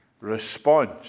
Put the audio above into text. response